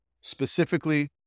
specifically